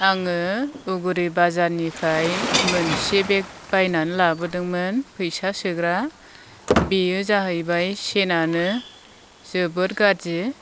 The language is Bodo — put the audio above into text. आङो उगुरि बाजारनिफ्राय मोनसे बेग बायनानै लाबोदोंमोन फैसा सोग्रा बेयो जाहैबाय सेनानो जोबोर गारजि